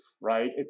right